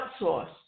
outsource